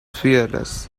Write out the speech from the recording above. fearless